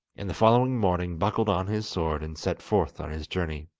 and the following morning buckled on his sword and set forth on his journey.